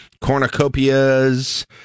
cornucopias